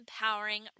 empowering